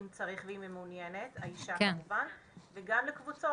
אם צריך ואם האישה מעוניינת וגם לקבוצות,